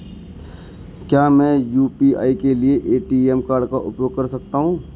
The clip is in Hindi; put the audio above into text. क्या मैं यू.पी.आई के लिए ए.टी.एम कार्ड का उपयोग कर सकता हूँ?